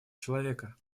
человека